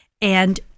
And-